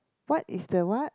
what is the what